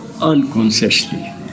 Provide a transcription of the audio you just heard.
unconsciously